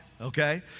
Okay